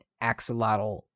axolotl